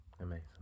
Amazing